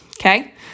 okay